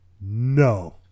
No